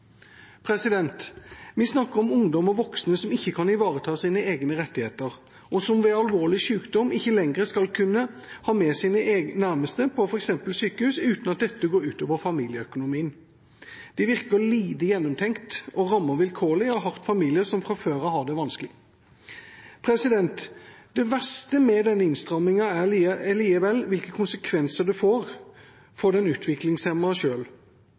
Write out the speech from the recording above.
Vi snakker om ungdommer og voksne som ikke kan ivareta sine egne rettigheter, og som ved alvorlig sykdom ikke lenger skal kunne ha med sine nærmeste på f.eks. sykehus, uten at dette går ut over familieøkonomien. Det virker lite gjennomtenkt og rammer vilkårlig og hardt familier som fra før av har det vanskelig. Det verste med denne innstrammingen er likevel hvilke konsekvenser det får for den